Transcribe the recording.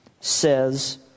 says